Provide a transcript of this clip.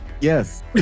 Yes